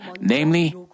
Namely